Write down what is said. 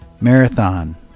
marathon